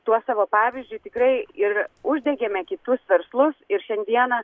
tuo savo pavyzdžiu tikrai ir uždegėme kitus verslus ir šiandieną